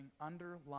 underlying